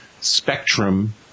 spectrum